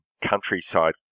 countryside